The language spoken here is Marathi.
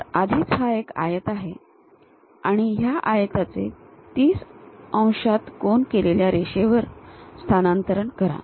तर आधीच हा एक आयत आहे ह्या आयताचे 30 अंशात कोन केलेल्या रेषेवर स्थानांतरन करा